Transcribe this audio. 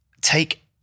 take